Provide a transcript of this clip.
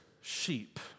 sheep